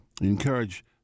Encourage